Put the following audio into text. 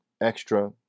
extra